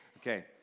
Okay